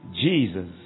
Jesus